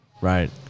Right